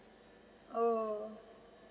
oh